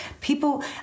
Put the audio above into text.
people